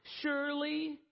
surely